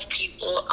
people